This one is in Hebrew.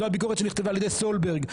זו הביקורת שנכתבה על ידי סולברג,